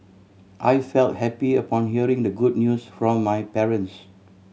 I felt happy upon hearing the good news from my parents